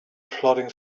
plodding